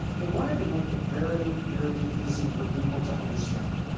they wanted to make it very, very easy for people to understand.